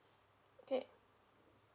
okay